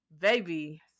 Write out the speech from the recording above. baby